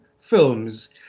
films